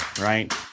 right